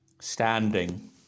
Standing